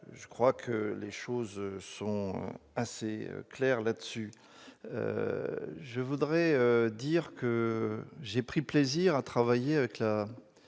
en cause. Les choses sont assez claires sur ce point. Je voudrais dire que j'ai pris plaisir à travailler avec la